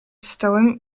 stołem